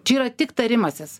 čia yra tik tarimasis